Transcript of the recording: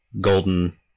golden